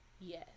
Yes